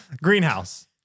Greenhouse